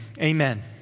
amen